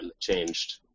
changed